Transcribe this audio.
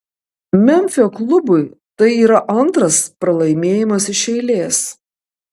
memfio klubui tai yra antras pralaimėjimas iš eilės